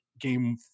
game